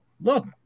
Look